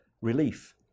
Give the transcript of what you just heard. relief